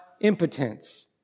impotence